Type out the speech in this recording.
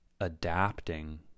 adapting